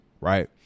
Right